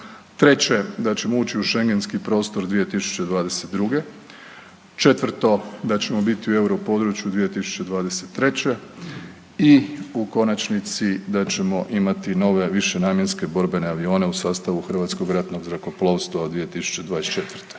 Treće, da ćemo ući u Schengenski prostor 2022. Četvrto, da ćemo biti u europodručju 2023. i u konačnici da ćemo imati nove višenamjenske borbene avione u sastavu Hrvatskog ratnog zrakoplovstva u 2024..